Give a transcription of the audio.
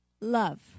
love